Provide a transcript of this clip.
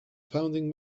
founding